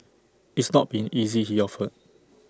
it's not been easy he offered